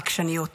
עקשניות.